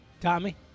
Tommy